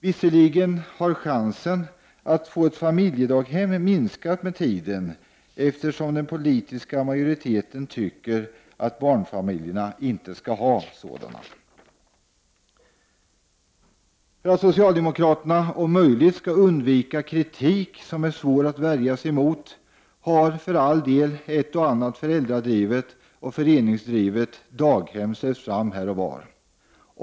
Visserligen har chansen att få ett familjedaghem minskat med tiden, eftersom den politiska majoriteten tycker att barnfamiljerna inte skall ha sådana. För att socialdemokraterna om möjligt skall undvika kritik som är svår att värja sig emot har för all del ett och annat föräldradrivet eller föreningsdrivet daghem släppts fram här och var.